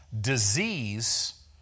Disease